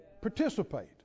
participate